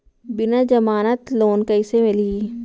बिना जमानत लोन कइसे मिलही?